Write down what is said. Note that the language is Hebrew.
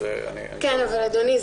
אדוני,